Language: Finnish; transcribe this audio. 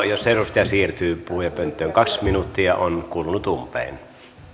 jos edustaja siirtyy puhujapönttöön kaksi minuuttia on kulunut umpeen